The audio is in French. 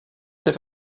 ses